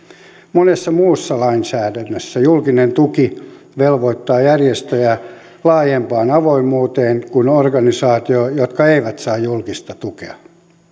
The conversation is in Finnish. monessa muussa lainsäädännössä julkinen tuki velvoittaa järjestöjä laajempaan avoimuuteen kuin organisaatioita jotka eivät saa julkista tukea